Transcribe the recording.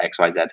xyz